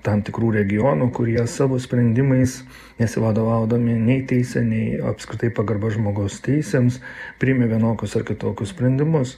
tam tikrų regionų kurie savo sprendimais nesivadovaudami nei teise nei apskritai pagarba žmogaus teisėms priėmė vienokius ar kitokius sprendimus